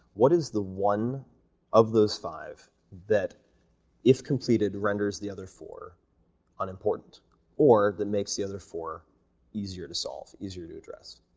what is the one of those five that if completed renders the other four unimportant or that makes the other four easier to solve, easier to address,